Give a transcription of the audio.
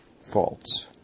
faults